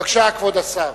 בבקשה, כבוד השר.